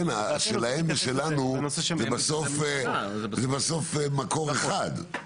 שלהם ושלנו זה בסוף מקור אחד.